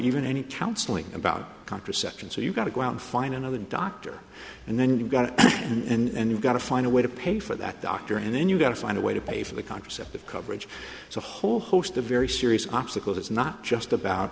even any counseling about contraception so you've got to go out and find another doctor and then you've got to and you've got to find a way to pay for that doctor and then you've got to find a way to pay for the contraceptive coverage so a whole host of very serious obstacles it's not just about